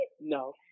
No